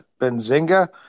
Benzinga